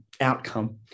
outcome